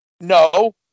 No